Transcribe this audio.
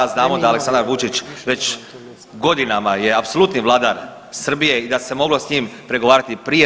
Znamo da Aleksandar Vučić već godinama je apsolutni vladar Srbije i da se moglo s njim pregovarati prije.